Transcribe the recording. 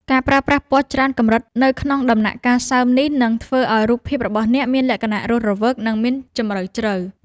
ការប្រើប្រាស់ពណ៌ច្រើនកម្រិតនៅក្នុងដំណាក់កាលសើមនេះនឹងធ្វើឱ្យរូបភាពរបស់អ្នកមានលក្ខណៈរស់រវើក និង មានជម្រៅជ្រៅ។